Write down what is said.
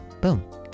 boom